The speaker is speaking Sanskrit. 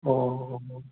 ओ हो हो